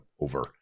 over